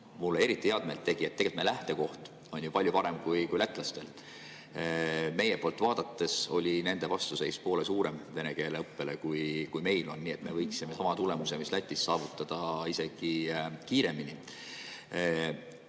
mulle eriti head meelt tegi: tegelikult me lähtekoht on ju palju parem kui lätlastel. Meie poolt vaadates oli nende vastuseis vene keele õppele poole suurem, kui meil on. Nii et me võiksime sama tulemuse, mis Lätis on, saavutada isegi kiiremini.